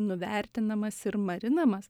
nuvertinamas ir marinamas